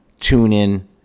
TuneIn